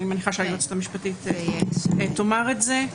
אני מניחה שהיועצת המשפטית תאמר את זה.